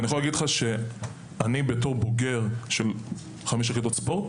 אני בתור בוגר של חמש יחידות ספורט